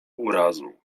urazą